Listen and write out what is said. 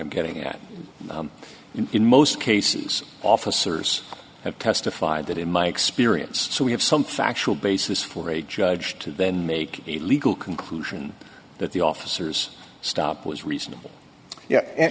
i'm getting at in most cases officers have testified that in my experience so we have some factual basis for a judge to then make a legal conclusion that the officers stopped was reasonable yeah and